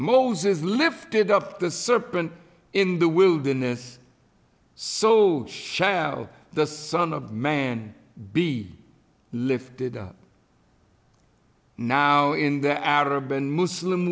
moses lifted up the serpent in the wilderness soul shall the son of man be lifted up now in the arab and muslim